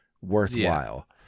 worthwhile